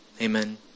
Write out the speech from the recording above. Amen